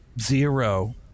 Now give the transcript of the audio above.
zero